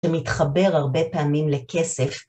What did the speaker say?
שמתחבר הרבה פעמים לכסף.